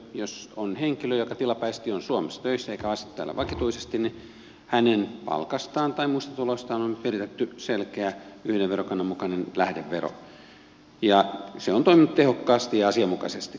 jos on henkilö joka tilapäisesti on suomessa töissä eikä asu täällä vakituisesti niin hänen palkastaan tai muista tuloistaan on pidätetty selkeä yhden verokannan mukainen lähdevero ja se on toiminut tehokkaasti ja asianmukaisesti